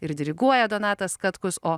ir diriguoja donatas katkus o